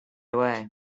away